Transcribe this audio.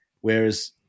whereas